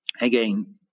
again